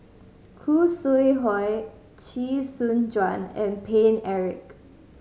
Khoo Sui Hoe Chee Soon Juan and Paine Eric